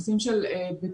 נושאים של בטיחות.